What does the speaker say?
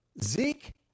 Zeke